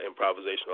improvisational